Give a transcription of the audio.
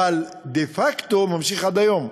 אבל דה-פקטו נמשך עד היום.